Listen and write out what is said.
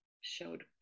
showed